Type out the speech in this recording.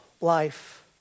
life